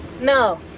no